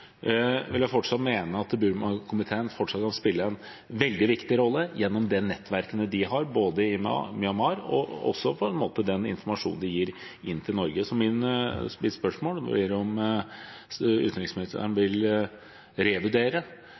veldig viktig rolle gjennom de nettverkene de har i Myanmar, og også når det gjelder den informasjonen de gir til Norge. Så mitt spørsmål blir om utenriksministeren vil revurdere